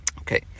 Okay